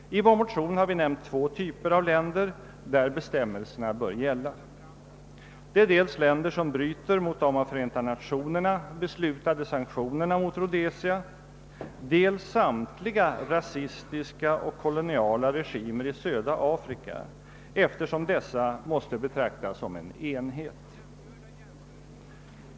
I vår motion har vi nämnt två typer av länder där bestämmelserna bör gälla: det är dels länder som bryter mot de av Förenta Nationer na beslutade sanktionerna mot Rhodesia, dels samtliga rasistiska och koloniala regimer i södra Afrika, eftersom dessa måste betraktas som en enhet.